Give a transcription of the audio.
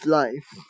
life